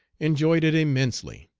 enjoyed it immensely.